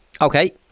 Okay